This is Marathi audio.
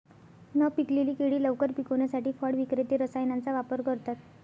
न पिकलेली केळी लवकर पिकवण्यासाठी फळ विक्रेते रसायनांचा वापर करतात